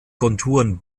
konturen